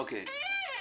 אוקיי.